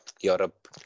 Europe